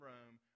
Rome